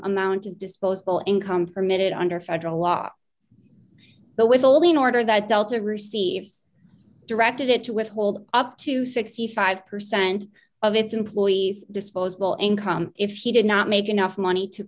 amount of disposable income permitted under federal law but with a lien order that delta receives directed it to withhold up to sixty five percent of its employees disposable income if he did not make enough money to